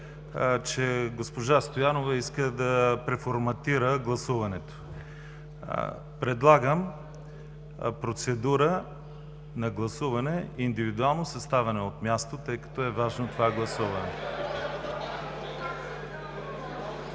че госпожа Стоянова иска да преформатира гласуването. Предлагам процедура на гласуване индивидуално със ставане от място, тъй като е важно това гласуване.